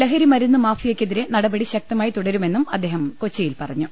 ലഹരി മരുന്നു മാഫിയക്കെതിരെ നട പടി ശക്തമായി തുടരുമെന്നും അദ്ദേഹം കൊച്ചിയിൽ പറഞ്ഞു